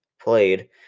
played